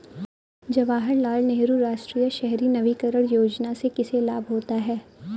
जवाहर लाल नेहरू राष्ट्रीय शहरी नवीकरण योजना से किसे लाभ होता है?